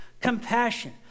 Compassion